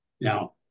Now